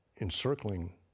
encircling